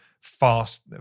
fast